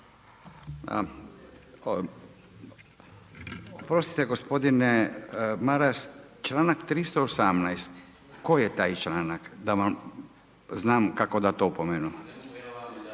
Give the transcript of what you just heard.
Oprostite gospodine Maras članak 318. koji je to članak da vam znam kako da vam dam opomenu?